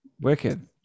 Wicked